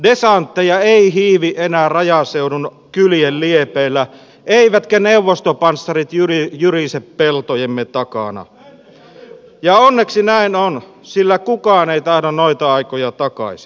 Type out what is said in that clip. desantteja ei hiivi enää rajaseudun kylien liepeillä eivätkä neuvostopanssarit jyrise peltojemme takana ja onneksi näin on sillä kukaan ei tahdo noita aikoja takaisin